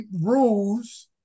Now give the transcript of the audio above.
rules